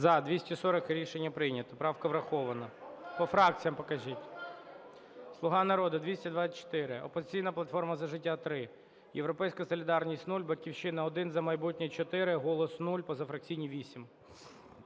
За-240 Рішення прийнято. Правка врахована. По фракціям покажіть. "Слуга народу" – 224, "Опозиційна платформа - За життя" – 3, "Європейська солідарність" – 0, "Батьківщина" – 1, "За майбутнє" – 4, "Голос" – 0, позафракційні –